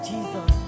Jesus